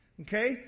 Okay